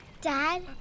Dad